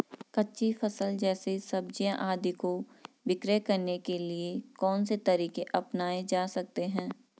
कच्ची फसल जैसे सब्जियाँ आदि को विक्रय करने के लिये कौन से तरीके अपनायें जा सकते हैं?